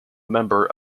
member